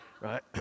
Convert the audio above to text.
right